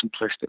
simplistic